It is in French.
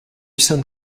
sainte